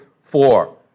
four